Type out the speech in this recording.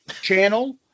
channel